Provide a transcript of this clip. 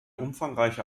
umfangreiche